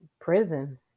prison